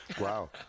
Wow